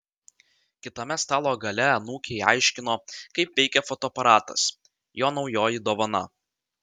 kitame stalo gale anūkei aiškino kaip veikia fotoaparatas jo naujoji dovana